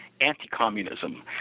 anti-communism